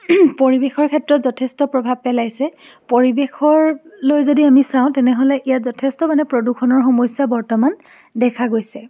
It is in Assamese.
পৰিৱেশৰ ক্ষেত্ৰত যথেষ্ট প্ৰভাৱ পেলাইছে পৰিৱেশলৈ যদি আমি চাওঁ তেনেহ'লে ইয়াত যথেষ্ট মানে প্ৰদূষণৰ সমস্যা বৰ্তমান দেখা গৈছে